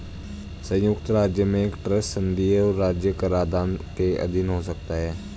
संयुक्त राज्य में एक ट्रस्ट संघीय और राज्य कराधान के अधीन हो सकता है